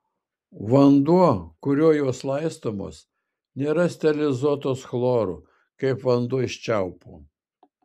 vanduo kuriuo jos laistomos nėra sterilizuotas chloru kaip vanduo iš čiaupo